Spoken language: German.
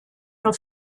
nur